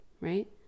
right